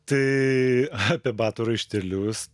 tai apie batų raištelius